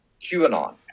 QAnon